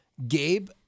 Gabe